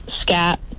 scat